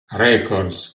records